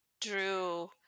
Drew